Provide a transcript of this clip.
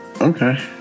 Okay